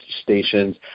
stations